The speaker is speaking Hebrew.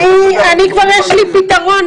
יש לי כבר פתרון,